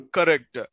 Correct